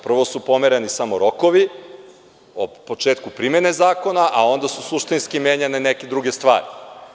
Prvo su pomereni samo rokovi o početku primene zakona, a onda su suštinski menjane neke druge stvari.